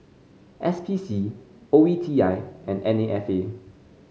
S P C O E T I and N A F A